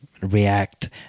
react